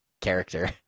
character